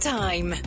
time